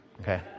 Okay